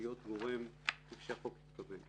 שהמל"ל יהיה גורם כפי שהחוק התכוון.